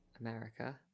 America